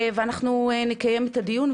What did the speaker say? ואנחנו נקיים את הדיון,